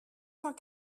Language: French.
cent